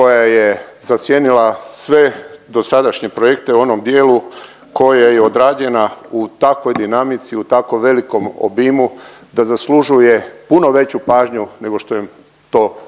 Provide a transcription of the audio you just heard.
koja je zasjenila sve dosadašnje projekte u onom dijelu koja je odrađena u takvoj dinamici, u tako velikom obimu da zaslužuje puno veću pažnju nego što je to pridaje.